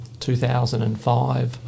2005